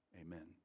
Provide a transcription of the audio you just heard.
amen